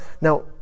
now